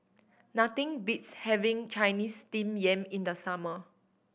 nothing beats having Chinese Steamed Yam in the summer